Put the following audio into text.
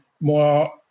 more